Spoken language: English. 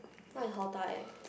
what is eh